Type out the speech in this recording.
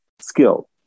skill